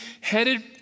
headed